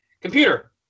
Computer